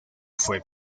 fue